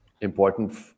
important